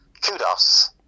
kudos